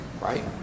right